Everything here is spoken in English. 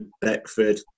Beckford